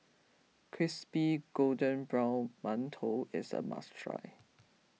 Crispy Golden Brown Mantou is a must try